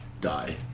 die